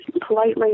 politely